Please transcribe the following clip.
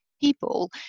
people